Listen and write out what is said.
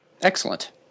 excellent